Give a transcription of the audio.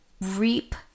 reap